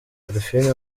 parfine